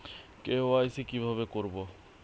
KYC কিভাবে করব?